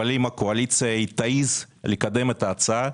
אבל אם הקואליציה תעז לקדם את ההצעה,